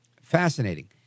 fascinating